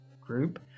group